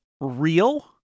real